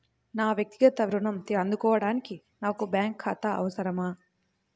నా వక్తిగత ఋణం అందుకోడానికి నాకు బ్యాంక్ ఖాతా అవసరమా?